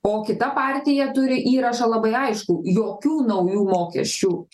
o kita partija turi įrašą labai aiškų jokių naujų mokesčių